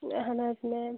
اہن حظ میم